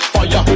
Fire